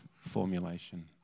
formulation